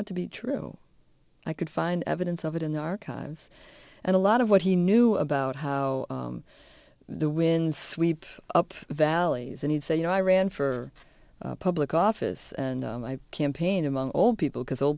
out to be true i could find evidence of it in the archives and a lot of what he knew about how the winds sweep up the valleys and he'd say you know i ran for public office and my campaign among all people because o